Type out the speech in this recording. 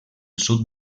sud